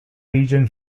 region